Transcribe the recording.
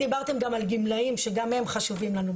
דיברתם גם על גמלאים, שגם הם חשובים לנו.